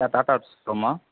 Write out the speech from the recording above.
sir Tata show Ruma